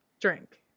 drink